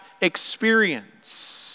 experience